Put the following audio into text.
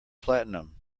platinum